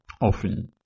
often